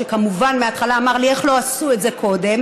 שכמובן מההתחלה אמר לי: איך לא עשו את זה קודם,